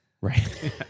Right